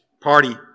party